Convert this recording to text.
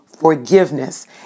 forgiveness